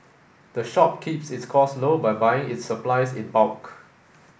the shop keeps its costs low by buying its supplies in bulk